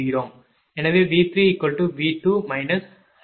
எனவே V3V2 I2Z2